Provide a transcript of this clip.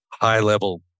High-level